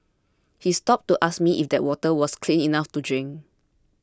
he stopped to ask me if that water was clean enough to drink